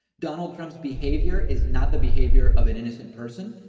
donald trump's behavior is not the behavior of an innocent person.